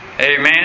Amen